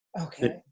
Okay